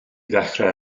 ddechrau